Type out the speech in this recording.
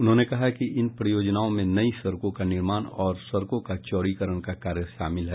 उन्होंने कहा कि इन परियोजनाओं में नयी सड़कों का निर्माण और सड़कों का चौड़ीकरण का कार्य शामिल हैं